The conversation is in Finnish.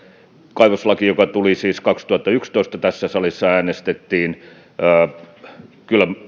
kaivoslakiin joka siis kaksituhattayksitoista tässä salissa äänestettiin että kyllä